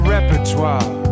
Repertoire